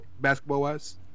basketball-wise